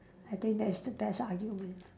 I think that is the best argument